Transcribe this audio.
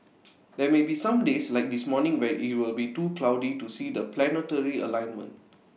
there may be some days like this morning where IT will be too cloudy to see the planetary alignment